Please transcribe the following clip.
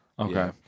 Okay